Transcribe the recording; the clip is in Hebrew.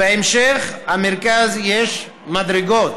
בהמשך המרכז יש מדרגות,